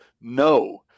No